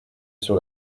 sur